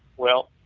well,